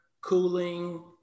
cooling